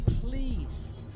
please